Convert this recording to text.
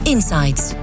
Insights